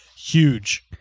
huge